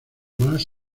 más